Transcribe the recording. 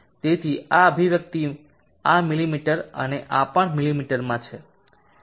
તેથી આ અભિવ્યક્તિ આ મીમી અને આ પણ મીમીમાં છે